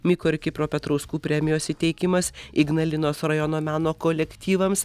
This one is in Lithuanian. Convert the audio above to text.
miko ir kipro petrauskų premijos įteikimas ignalinos rajono meno kolektyvams